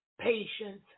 patience